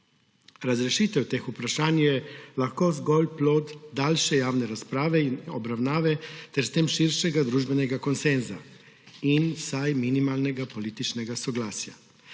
Razrešitev teh vprašanj je lahko zgolj plod daljše javne razprave in obravnave ter s tem širšega družbenega konsenza in vsaj minimalnega političnega soglasja.